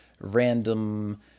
random